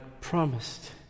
promised